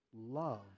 love